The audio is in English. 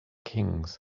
kings